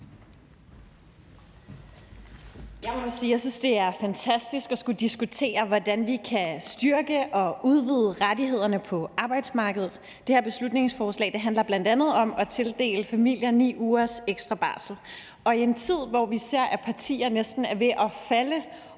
jeg synes, at det er fantastisk at skulle diskutere, hvordan vi kan styrke og udvide rettighederne på arbejdsmarkedet. Det her beslutningsforslag handler bl.a. om at tildele familierne 9 ugers ekstra barsel. Vi er i en tid, hvor vi ser, at partierne næsten er ved at falde